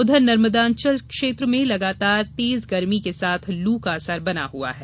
ऊधर नर्मदांचल क्षेत्र में लगातार तेज गरमी के साथ लू का असर बना हुआ है